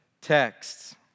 texts